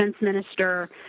minister